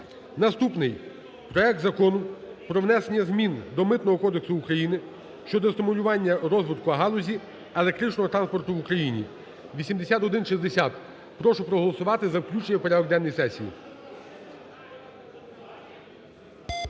Наступний. Проект Закону про внесення змін до Митного кодексу України щодо стимулювання розвитку галузі електричного транспорту в Україні (8160). Прошу проголосувати за включення в порядок денний сесії.